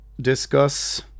discuss